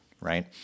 right